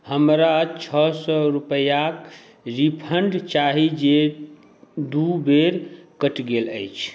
हमरा छओ सओ रुपैआके रिफण्ड चाही जे दुइ बेर कटि गेल अछि